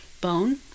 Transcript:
bone